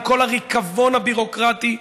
עם כל הריקבון הביורוקרטי,